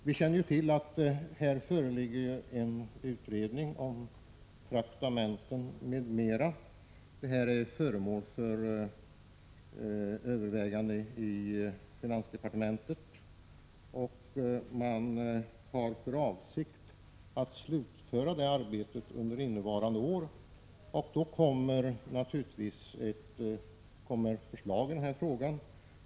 Vi känner till att det pågår en utredning om traktamenten m.m. Frågorna är alltså föremål för övervägande i finansdepartementet. Man har för avsikt att slutföra det arbetet under innevarande år. Därefter kommer givetvis förslag att läggas fram i denna fråga.